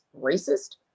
racist